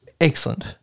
Excellent